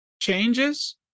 changes